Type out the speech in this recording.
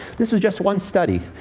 this was just one study.